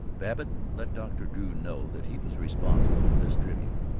babbitt let dr. drew know that he was responsible for this tribute.